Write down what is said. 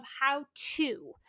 how-to